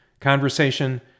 conversation